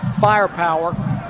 firepower